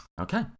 Okay